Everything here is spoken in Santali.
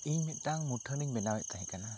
ᱤᱧ ᱢᱤᱫᱴᱟᱝ ᱢᱩᱴᱷᱟᱹᱱ ᱤᱧ ᱵᱮᱱᱣᱮᱫ ᱛᱟᱦᱮᱸ ᱠᱟᱱᱟ